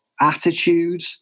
attitude